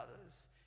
others